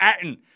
Atten